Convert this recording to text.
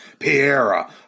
Piera